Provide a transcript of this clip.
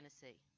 Tennessee